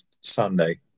Sunday